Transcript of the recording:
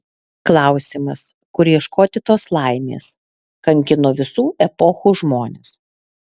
klausimas kur ieškoti tos laimės kankino visų epochų žmones